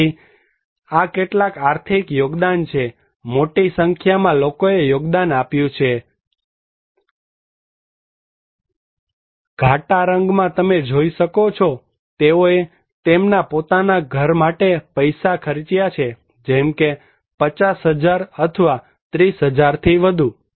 તેથી આ કેટલાક આર્થિક યોગદાન છે મોટી સંખ્યામાં લોકોએ યોગદાન આપ્યું છે ઘટ્ટ રંગ માં તમે જોઈ શકો છો કે તેઓએ તેમના પોતાના ઘર માટે પૈસા ખર્ચ્યા છે જેમકે 50000 અથવા 30000 થી વધુ